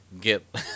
get